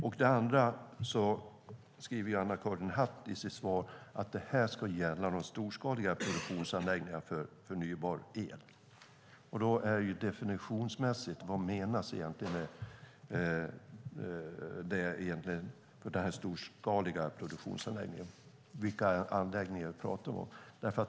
Anna-Karin Hatt skriver i sitt svar att det här ska gälla de storskaliga produktionsanläggningarna för förnybar el. Vad menas definitionsmässigt med storskaliga produktionsanläggningar? Vilka anläggningar pratar vi om?